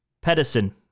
Pedersen